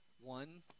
one